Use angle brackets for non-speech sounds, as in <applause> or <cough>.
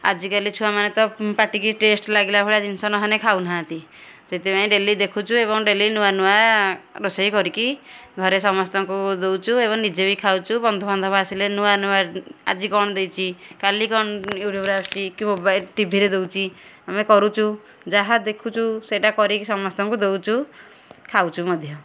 ଆଜିକାଲି ଛୁଆମାନେ ତ ପାଟିକୁ ଟେଷ୍ଟ୍ ଲାଗିଲା ଭଳିଆ ଜିନିଷ ନହେଲେ ଖାଉନାହାଁନ୍ତି ସେଥିପାଇଁ ଡେଲି ଦେଖୁଛୁ ଏବଂ ଡେଲି ନୂଆ ନୂଆ ରୋଷେଇ କରିକି ଘରେ ସମସ୍ତଙ୍କୁ ଦେଉଛୁ ଏବଂ ନିଜେ ବି ଖାଉଛୁ ବନ୍ଧୁବାନ୍ଧବ ଆସିଲେ ନୂଆ ନୂଆ ଆଜି କ'ଣ ଦେଇଛି କାଲି କ'ଣ <unintelligible> ଟିଭିରେ ଦେଉଛି ଆମେ କରୁ ଯାହା ଦେଖୁଛୁ ସେଇଟା କରିକି ସମସ୍ତଙ୍କୁ ଦେଉଛୁ ଖାଉଛୁ ମଧ୍ୟ